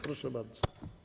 Proszę bardzo.